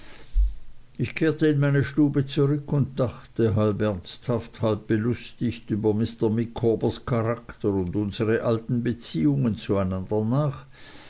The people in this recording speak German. ich kehrte in meine stube zurück und dachte halb ernsthaft halb belustigt über mr micawbers charakter und unsere alten beziehungen zueinander nach